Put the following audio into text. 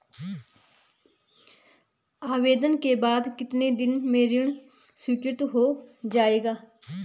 आवेदन के बाद कितने दिन में ऋण स्वीकृत हो जाएगा?